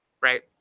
right